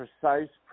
precise